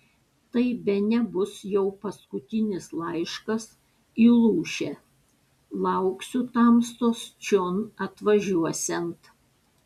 tai bene bus jau paskutinis laiškas į lūšę lauksiu tamstos čion atvažiuosiant